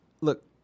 Look